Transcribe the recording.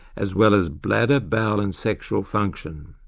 as well as bladder, bowel and sexual function.